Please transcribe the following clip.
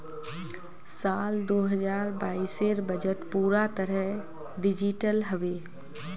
साल दो हजार बाइसेर बजट पूरा तरह डिजिटल हबे